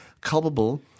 culpable